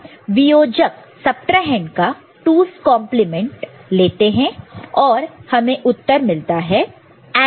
हम वियोजक subtrahend subtrahend का 2's कंप्लीमेंट 2's complement लेते हैं और हमें उत्तर मिलता है